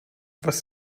was